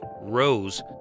rose